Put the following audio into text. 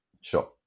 Sure